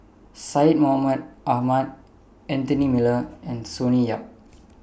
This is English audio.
Syed Mohamed Ahmed Anthony Miller and Sonny Yap